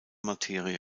materie